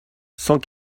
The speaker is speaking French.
cent